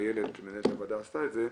איילת, מנהלת הוועדה, עשתה את זה,